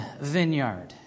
vineyard